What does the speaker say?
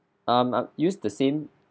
um um use the same